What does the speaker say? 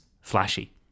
flashy